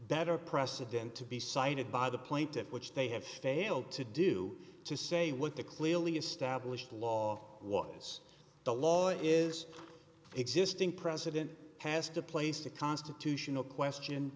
better president to be cited by the point at which they have failed to do to say what the clearly established law was the law is existing president has to place a constitutional question